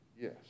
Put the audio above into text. Yes